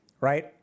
Right